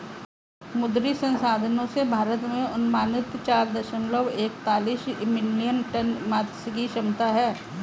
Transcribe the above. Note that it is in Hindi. मुद्री संसाधनों से, भारत में अनुमानित चार दशमलव एकतालिश मिलियन टन मात्स्यिकी क्षमता है